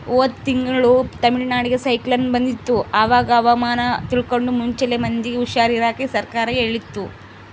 ಹೋದ ತಿಂಗಳು ತಮಿಳುನಾಡಿಗೆ ಸೈಕ್ಲೋನ್ ಬಂದಿತ್ತು, ಅವಾಗ ಹವಾಮಾನ ತಿಳ್ಕಂಡು ಮುಂಚೆಲೆ ಮಂದಿಗೆ ಹುಷಾರ್ ಇರಾಕ ಸರ್ಕಾರ ಹೇಳಿತ್ತು